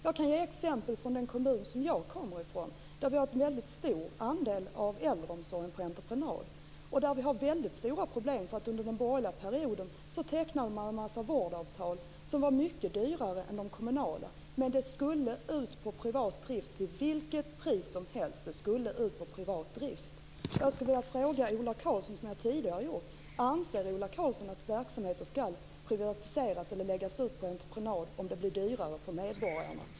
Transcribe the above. Jag kan ge exempel från den kommun som jag kommer från. Där är en stor andel av äldreomsorgen utlagd på entreprenad, och vi har väldigt stora problem. Under den borgerliga perioden tecknades nämligen en mängd vårdavtal som var mycket dyrare än de kommunala men verksamheten skulle till varje pris vara privat driven. Jag skulle vilja fråga Ola Karlsson som jag tidigare har gjort: Anser Ola Karlsson att verksamheter skall privatiseras eller läggas ut på entreprenad även om det blir dyrare för medborgarna?